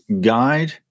guide